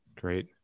great